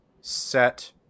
set